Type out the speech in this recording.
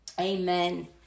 Amen